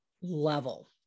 level